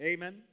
Amen